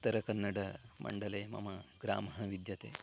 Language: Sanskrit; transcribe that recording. उत्तरकन्नडमण्डले मम ग्रामः विद्यते